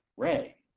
ray,